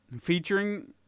featuring